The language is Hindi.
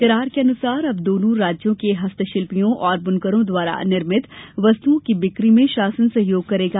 करार के अनुसार अब दोनों राज्यों के हस्तशिल्पियों और बुनकरों द्वारा निर्मित वस्तुओं की बिक्री में शासन सहयोग करेगा